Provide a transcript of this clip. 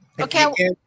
okay